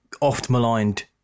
oft-maligned